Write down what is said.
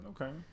Okay